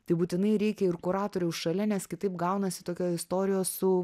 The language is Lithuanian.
tai būtinai reikia ir kuratoriaus šalia nes kitaip gaunasi tokia istorija su